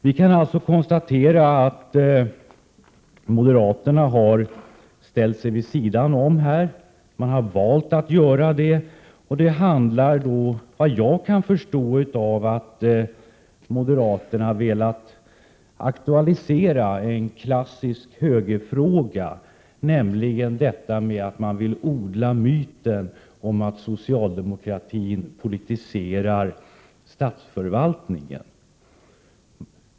Vi kan alltså konstatera att moderaterna har valt att ställa sig vid sidan. Vad jag kan förstå betyder det att moderaterna har velat aktualisera en klassisk högerfråga. Man vill odla myten om att socialdemokratin politiserar 103 statsförvaltningen.